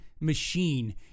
machine